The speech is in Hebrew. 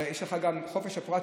ויש גם חופש הפרט,